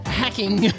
hacking